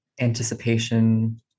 anticipation